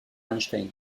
einstein